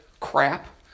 crap